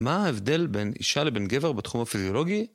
מה ההבדל בין אישה לבין גבר בתחום הפיזיולוגי?